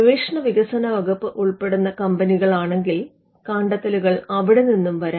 ഗവേഷണ വികസന വകുപ്പ് ഉൾപ്പെടുന്ന കമ്പനികളാണെങ്കിൽ കണ്ടെത്തലുകൾ അവിടെ നിന്നും വരാം